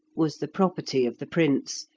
was the property of the prince,